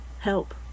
help